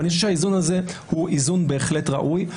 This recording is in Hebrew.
ואני חושב שהאיזון הזה הוא איזון בהחלט ראוי.